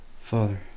Father